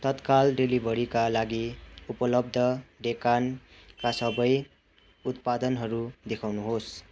तत्काल डेलिभरीका लागि उपलब्ध डेकानका सबै उत्पादनहरू देखाउनु होस्